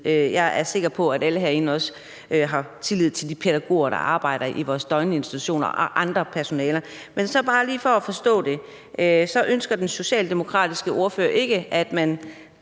Jeg er sikker på, at alle herinde også har tillid til de pædagoger, der arbejder i vores døgninstitutioner, og andre personalegrupper. Men så bare lige for at forstå det. Den socialdemokratiske ordfører ønsker altså